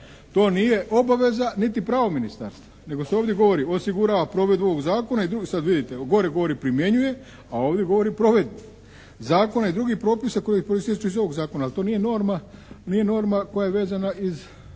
to nije obaveza niti pravo Ministarstva. Nego se ovdje govori: «Osigurava provedbu ovog zakona» … /Govornik se ne razumije./ … i sad vidite gore govori «primjenjuje», a ovdje govori «provedbu» zakona i drugih propisa koji proistječu iz ovog zakona. Ali to nije norma, nije norma koja je vezana iz